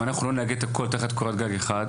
אם לא נאגד את הכול תחת קורת גג אחת